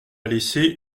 laissé